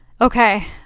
Okay